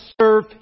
serve